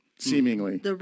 Seemingly